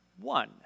One